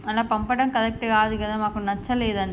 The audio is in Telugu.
అలా పంపటం కరెక్ట్ కాదు గదా మాకు నచ్చలేదు